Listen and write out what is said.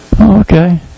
okay